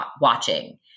watching